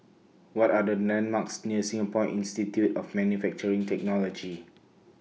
What Are The landmarks near Singapore Institute of Manufacturing Technology